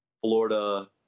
Florida